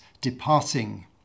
departing